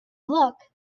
look